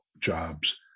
jobs